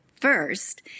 first